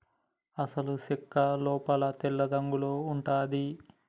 అసలు సెక్క లోపల తెల్లరంగులో ఉంటది